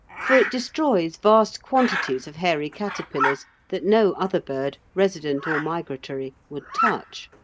for it destroys vast quantities of hairy caterpillars that no other bird, resident or migratory, would touch.